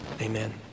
Amen